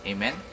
Amen